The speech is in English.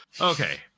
okay